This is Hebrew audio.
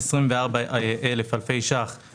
אז היה אותו סכום והוא לא היה מספיק.